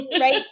Right